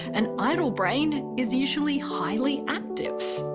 an idle brain is actually highly active.